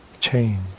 change